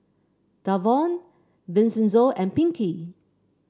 Davon Vincenzo and Pinkey